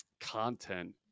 content